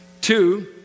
Two